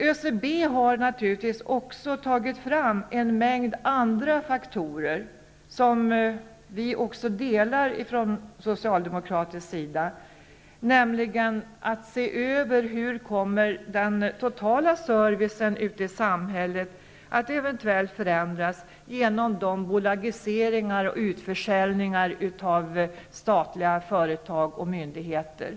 ÖCB har naturligtvis också tagit fram en mängd andra faktorer, som vi från socialdemokratisk sida instämmer i, t.ex. att se över hur den totala servicen ute i samhället eventuellt kommer att förändras genom bolagiseringar och utförsäljningar av statliga företag och myndigheter.